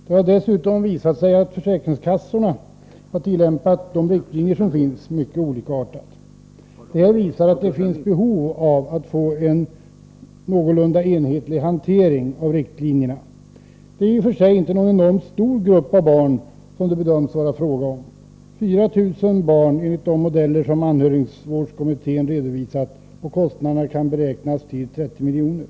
Det har dessutom visat sig att försäkringskassorna har tillämpat de riktlinjer som finns mycket olikartat. Detta visar att det finns behov av att få en någorlunda enhetlig hantering av riktlinjerna. Det äri och för sig inte någon stor grupp av barn som det bedöms vara fråga om — 4 000 barn enligt de modeller som anhörigvårdskommittén redovisat. Kostnaderna beräknas bli ca 30 miljoner.